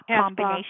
combination